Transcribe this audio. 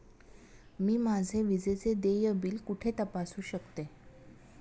मी माझे विजेचे देय बिल कुठे तपासू शकते?